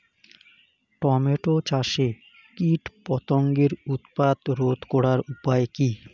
Tomato চাষে কীটপতঙ্গের উৎপাত রোধ করার উপায় কী?